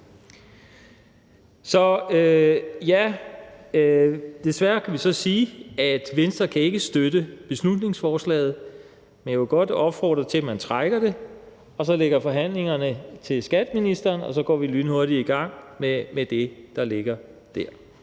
Så ja, desværre kan vi så sige, at Venstre ikke kan støtte beslutningsforslaget, men jeg vil godt opfordre til, at man trækker det og så lægger forhandlingerne over til skatteministeren, og så går vi lynhurtigt i gang med det, der ligger der.